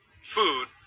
food